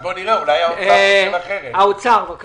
האוצר, בבקשה.